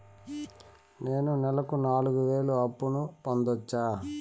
నేను నెలకు నాలుగు వేలు అప్పును పొందొచ్చా?